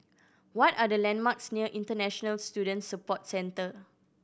what are the landmarks near International Student Support Center